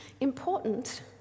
important